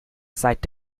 seit